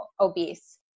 obese